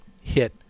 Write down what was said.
hit